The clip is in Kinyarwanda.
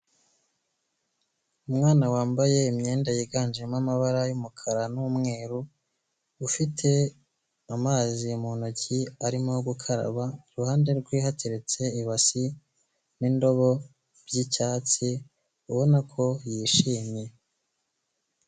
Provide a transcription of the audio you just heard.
Umwana wambaye imyenda yiganjemo amabara y’umukara n'umweru ufite amazi mu ntoki, arimo gukaraba iruhande rwe hateretse ibasi n'indobo by'icyatsi ubona ko yishimye.